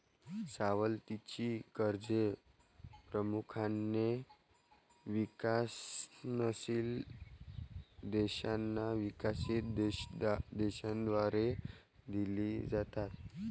सवलतीची कर्जे प्रामुख्याने विकसनशील देशांना विकसित देशांद्वारे दिली जातात